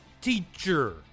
teacher